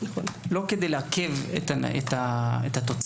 לא כדי לעכב את התוצאה.